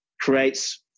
creates